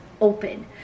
open